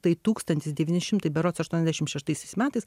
tai tūkstantis devyni šimtai berods aštuoniasdešim šeštaisiais metais